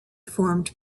formed